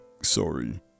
sorry